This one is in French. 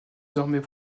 dormait